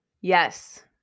Yes